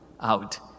out